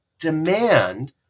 demand